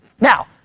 Now